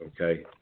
okay